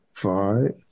Five